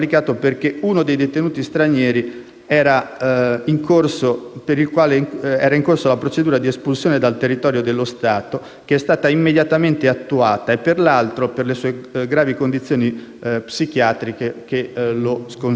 era in corso la procedura di espulsione dal territorio dello Stato, che è stata immediatamente attuata, e per un altro a causa delle sue gravi condizioni psichiatriche che lo sconsigliavano.